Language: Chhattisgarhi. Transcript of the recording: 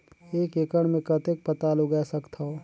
एक एकड़ मे कतेक पताल उगाय सकथव?